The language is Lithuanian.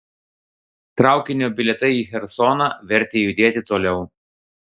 traukinio bilietai į chersoną vertė judėti toliau